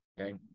Okay